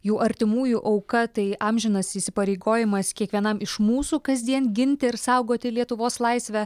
jų artimųjų auka tai amžinas įsipareigojimas kiekvienam iš mūsų kasdien ginti ir saugoti lietuvos laisvę